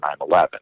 9-11